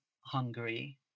Hungary